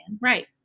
right